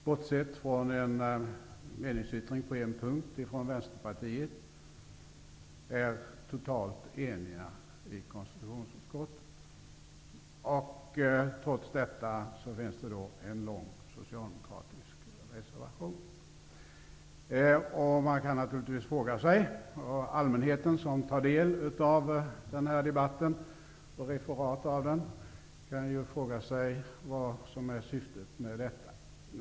Bortsett från en meningsyttring på en punkt från Vänsterpartiet är vi nämligen totalt eniga i konstitutionsutskottet. Trots detta finns det en lång socialdemokratisk reservation. Allmänheten som tar del av den här debatten, i sin helhet eller i referat, kan fråga sig vad som är syftet med detta.